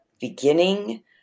beginning